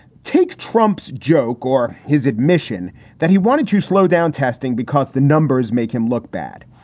take trump's joke or his admission that he wanted to slow down testing because the numbers make him look bad.